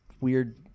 weird